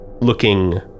looking